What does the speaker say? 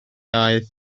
aeth